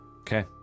Okay